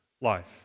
life